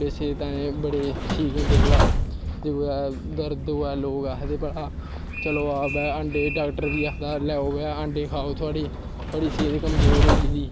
बी सेह्त सूह्त ताईं अंडे बड़े स्हेई होंदे भला ते भला दर्द होऐ लोग आखदे भला चलो अंडे डाक्टर बी आखदा अंडे खाओ थोआढ़ी सेह्त कमजोर होई गेदी